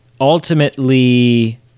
ultimately